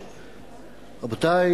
תודה,